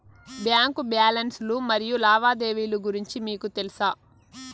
Bank balance లు మరియు లావాదేవీలు గురించి మీకు తెల్సా?